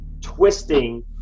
twisting